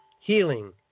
Healing